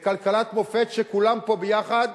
לכלכלת מופת שכולם פה ביחד,